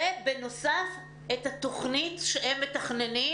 בנוסף, תוכנית העבודה שהם מתכננים